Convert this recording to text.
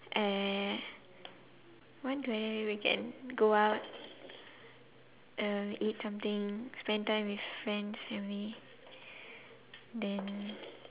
uh what do I weekend go out uh eat something spend time with friends family then